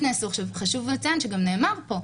חשוב לציין שגם נאמר פה,